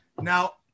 now